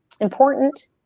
important